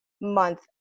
month